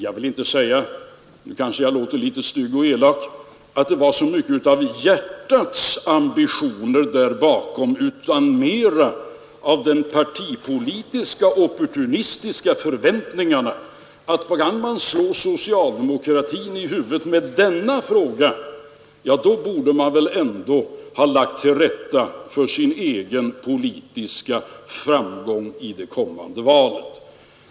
Jag vill inte säga — nu kanske jag låter litet elak — att det var så mycket av hjärtats ambitioner där bakom utan det var mera av de partipolitiska och opportunistiska förväntningarna, att kan man slå socialdemokratin i huvudet med denna fråga, så borde man väl ändå ha lagt det väl till rätta för sin egen politiska framgång i det kommande valet.